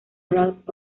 ralph